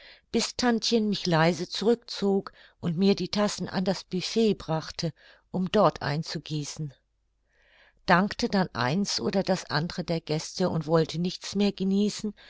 bis tantchen mich leise zurück zog und mir die tassen an das buffet brachte um dort einzugießen dankte dann eins oder das andere der gäste und wollte nichts mehr genießen